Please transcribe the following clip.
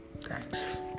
Thanks